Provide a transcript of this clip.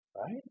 right